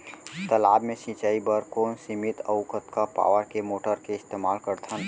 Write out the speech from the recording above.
तालाब से सिंचाई बर कोन सीमित अऊ कतका पावर के मोटर के इस्तेमाल करथन?